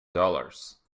dollars